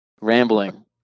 Rambling